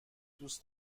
دوست